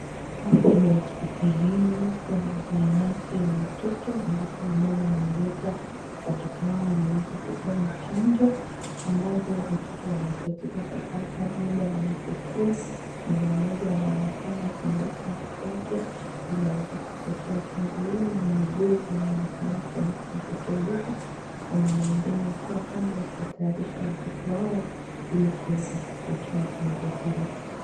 Hapa ni hospitalini kwenye zahanati ya watoto ambapo wamama wanaleta watoto wao waweze kupewa chanjo ambazo watoto wanahitajika kupata muda wanapokua. Mama mmoja anaonekana kumweka mtoto wake ili aweze kupokea chanjo ile na muuguzi anaonekana kumpa mtoto yule. Wamama wengine akiwa kando wakiwatayarisha watoto wao ili kuweza kupokea chanjo zile.